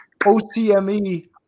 OCME